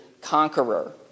conqueror